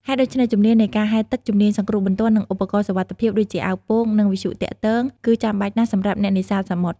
ហេតុដូច្នេះ ជំនាញនៃការហែលទឹក ជំនាញសង្គ្រោះបន្ទាន់ និងឧបករណ៍សុវត្ថិភាពដូចជា អាវពោង និងវិទ្យុទាក់ទង គឺចាំបាច់ណាស់សម្រាប់អ្នកនេសាទសមុទ្រ។